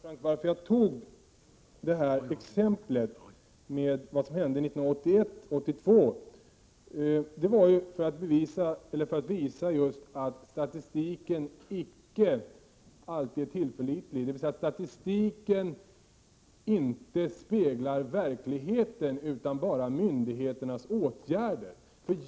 Herr talman! Jag tog det här exemplet, Hans Göran Franck, med vad som hände 1981 och 1982 för att visa just att statistiken icke alltid är tillförlitlig, dvs. att statistiken inte speglar verkligheten utan bara myndigheternas åtgärder.